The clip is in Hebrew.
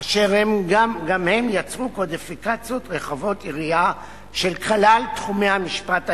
אשר גם הם יצרו קודיפיקציות רחבות יריעה של כלל תחומי המשפט העברי,